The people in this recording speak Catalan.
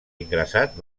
ingressat